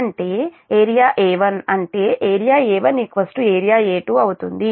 అంటే area A1 అంటే area A1 area A2 అవుతుంది